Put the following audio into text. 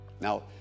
Now